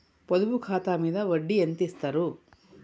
పొదుపు ఖాతా మీద వడ్డీ ఎంతిస్తరు?